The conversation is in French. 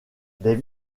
des